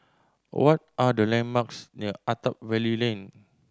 what are the landmarks near Attap Valley Lane